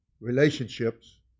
relationships